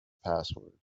password